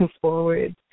forward